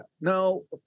No